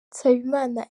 nsabimana